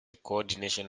coordination